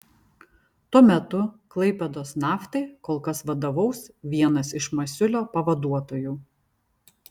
tuo metu klaipėdos naftai kol kas vadovaus vienas iš masiulio pavaduotojų